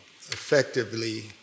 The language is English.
effectively